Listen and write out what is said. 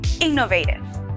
Innovative